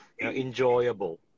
enjoyable